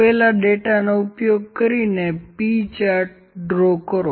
આપેલા ડેટાનો ઉપયોગ કરીને તે પી ચાર્ટ દોરો